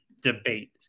debate